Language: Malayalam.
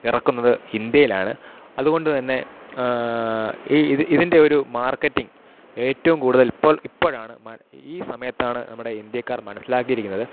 ഇറക്കുന്നത് ഇന്ത്യയിലാണ് അതുകൊണ്ടുതന്നെ ഈ ഇത് ഇതിൻറെ ഒരു മാർക്കറ്റിങ്ങ് ഏറ്റവും കൂടുതൽ ഇപ്പോൾ ഇപ്പോഴാണ് മ ഈ സമയത്താണ് നമ്മുടെ ഇന്ത്യക്കാർ മനസ്സിലാക്കിയിരിക്കുന്നത്